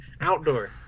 Outdoor